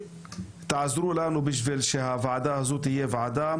שיעזרו לנו בשביל שהוועדה הזאת תהיה ועדה